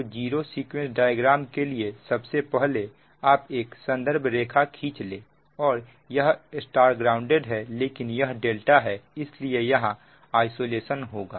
तो zero sequence diagram के लिए सबसे पहले आप एक संदर्भ रेखा खींच ले और यह Y ग्राउंडेड है लेकिन यह ∆ है इसलिए यहां आइसोलेशन होगा